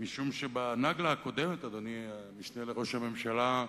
משום שב"נגלה" הקודמת, אדוני המשנה לראש הממשלה,